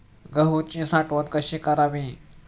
गहूची साठवण कशी करावी?